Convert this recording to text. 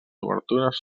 obertures